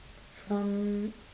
from